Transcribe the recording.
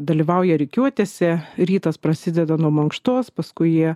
dalyvauja rikiuotėse rytas prasideda nuo mankštos paskui jie